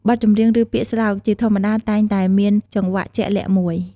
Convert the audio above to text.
បទចម្រៀង ឬពាក្យស្លោកជាធម្មតាតែងតែមានចង្វាក់ជាក់លាក់មួយ។